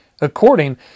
according